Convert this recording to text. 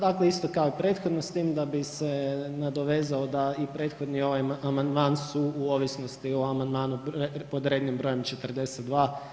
Pa dakle isto kao i prethodno s time da bi se nadovezao da i prethodni ovaj amandman su u ovisnosti o amandmanu pod rednim brojem 42.